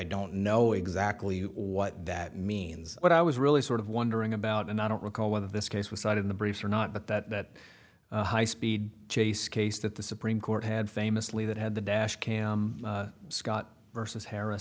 don't know exactly what that means what i was really sort of wondering about and i don't recall whether this case was not in the briefs or not but that high speed chase case that the supreme court had famously that had the dash cam scott versus harris